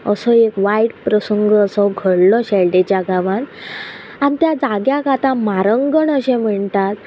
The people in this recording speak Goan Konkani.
असो एक वायट प्रसंग असो घडलो शेल्डेच्या गांवांन आनी त्या जाग्याक आतां मारंगण अशें म्हणटात